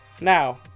Now